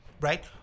right